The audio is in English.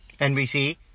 nbc